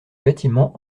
bâtiment